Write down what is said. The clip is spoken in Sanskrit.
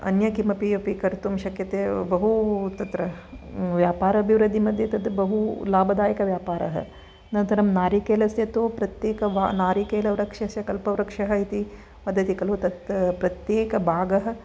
अन्य किमपि अपि कर्तुं शक्यते बहू तत्र व्यापारभिवृद्धिमध्ये तद् बहु लाभदायकव्यापारः अनन्तरं नारिकेलस्य तु प्रत्येक नारिकेलवृक्षस्य कल्पवृक्षः इति वदति खलु तत् प्रत्येकभागः